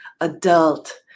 adult